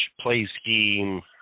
play-scheme